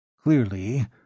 Clearly